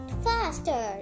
faster